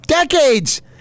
decades